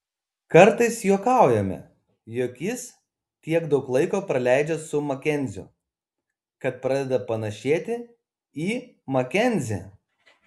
kartais juokaujame jog jis tiek daug laiko praleidžia su makenziu kad pradeda panėšėti į makenzį